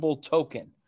token